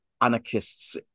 anarchists